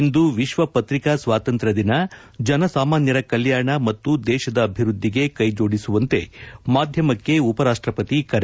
ಇಂದು ವಿಶ್ವ ಪತ್ರಿಕಾ ಸ್ವಾತಂತ್ರ್ವ ದಿನ ಜನ ಸಾಮಾನ್ದರ ಕಲ್ಕಾಣ ಮತ್ತು ದೇಶದ ಅಭಿವೃದ್ದಿಗೆ ಕೈ ಜೋಡಿಸುವಂತೆ ಮಾದ್ಲಮಕ್ತೆ ಉಪರಾಷ್ಟಪತಿ ಕರೆ